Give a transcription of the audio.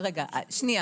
חושבת